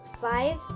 five